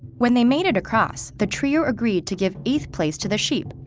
when they made it across, the trio agreed to give eighth place to the sheep,